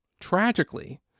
tragically